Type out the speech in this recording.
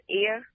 ear